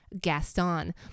Gaston